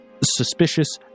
suspicious